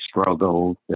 struggles